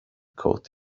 caught